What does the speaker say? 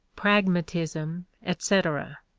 pragmatism, etc.